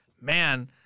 man